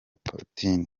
putin